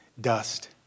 dust